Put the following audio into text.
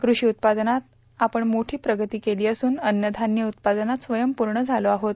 कृषी उत्पादनात आपण मोठी प्रगती केली असून अव्नधान्य उत्पादनात स्वयंपूर्ण झालो आहोत